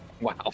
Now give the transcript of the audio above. Wow